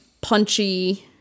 punchy